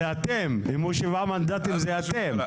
זה אתם., אם הוא שבעה מנדטים, זה אתם.